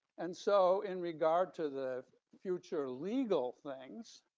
and so in regard to the future legal things,